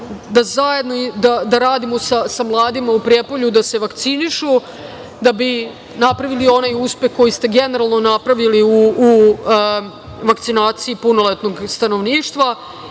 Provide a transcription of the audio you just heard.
tu zajedno radimo sa mladima u Prijepolju da se vakcinišu da bi napravili onaj uspeh koji ste generalno napravili u vakcinaciji punoletnog stanovništva. Sve